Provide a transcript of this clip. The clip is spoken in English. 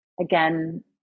again